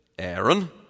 Aaron